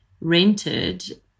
rented